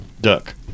duck